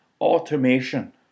automation